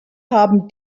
haben